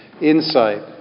insight